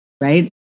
right